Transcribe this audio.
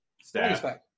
staff